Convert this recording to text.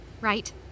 Right